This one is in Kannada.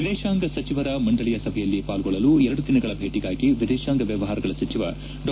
ವಿದೇಶಾಂಗ ಸಚಿವರ ಮಂಡಳಿಯ ಸಭೆಯಲ್ಲಿ ಪಾಲ್ಲೊಳ್ಳಲು ಎರಡು ದಿನಗಳ ಭೇಟಿಗಾಗಿ ವಿದೇಶಾಂಗ ವ್ಯವಹಾರಗಳ ಸಚಿವ ಡಾ